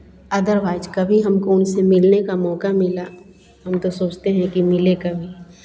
otherwise कभी हमको उनसे मिलने का मौका मिला हम तो सोचते हैं कि मिले कभी